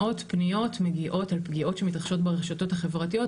מאות פניות מגיעות על פגיעות שמתרחשות ברשתות החברתיות,